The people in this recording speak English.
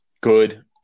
Good